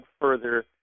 further